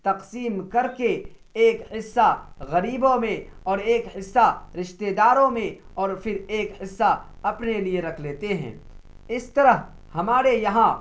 تقسیم کر کے ایک حصہ غریبوں میں اور ایک حصہ رشتے داروں میں اور پھر ایک حصہ اپنے لیے رکھ لیتے ہیں اس طرح ہمارے یہاں